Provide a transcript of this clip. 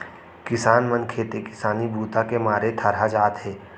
किसान मन खेती किसानी बूता के मारे थरहा जाथे